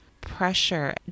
pressure